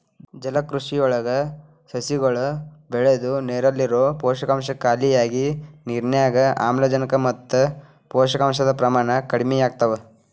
ಜಲಕೃಷಿಯೊಳಗ ಸಸಿಗಳು ಬೆಳದು ನೇರಲ್ಲಿರೋ ಪೋಷಕಾಂಶ ಖಾಲಿಯಾಗಿ ನಿರ್ನ್ಯಾಗ್ ಆಮ್ಲಜನಕ ಮತ್ತ ಪೋಷಕಾಂಶದ ಪ್ರಮಾಣ ಕಡಿಮಿಯಾಗ್ತವ